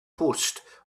post